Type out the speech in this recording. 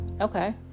Okay